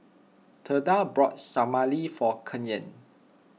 theda bought Salami for Kaylen